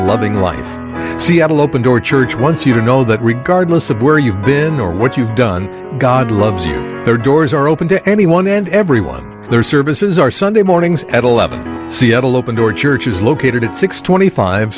loving life will open door church once you know that regardless of where you've been or what you've done god loves you there doors are open to anyone and everyone their services are sunday mornings at eleven seattle open door church is located at six twenty five